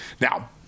Now